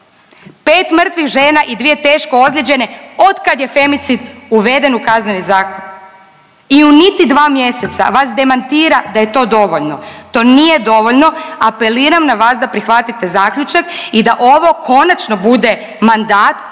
pet mrtvih žena i dvije teško ozlijeđene od kad je femicid uveden u Kazneni zakon. I u niti dva mjeseca vas demantira da je to dovoljno. To nije dovoljno, apeliram na vas da prihvatite zaključak i da ovo konačno bude mandat u kojem